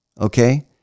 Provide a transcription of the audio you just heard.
okay